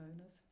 owners